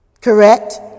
correct